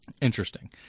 Interesting